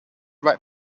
right